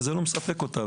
וזה לא מספק אותה,